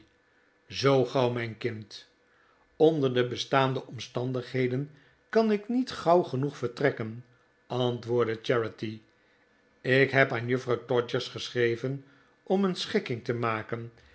zoo gauw mijn kind onder de bestaande omstandigheden kan ik niet gauw genoeg vertrekken antwoordde charity ik heb aan juffrouw todgers geschrev'en om een schikkirig te maken